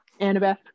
annabeth